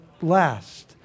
last